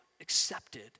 accepted